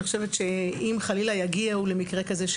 אני חושבת שאם חלילה יגיעו למקרה כזה,